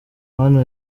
hano